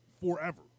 forever